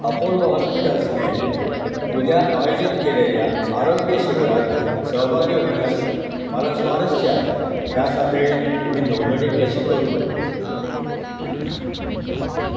Apollo हॉस्पिटल्सने उद्या आयोजित केलेल्या आरोग्यशिबिरात सहभागी होण्यास मला स्वारस्य आहे त्यासाठी मी नोंदणी कशी करू